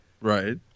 Right